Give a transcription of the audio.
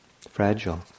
fragile